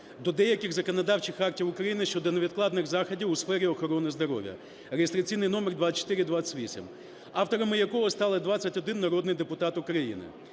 до деяких законодавчих актів України щодо невідкладних заходів у сфері охорони здоров'я (реєстраційний номер 2428), авторами якого стали 21 народний депутат України.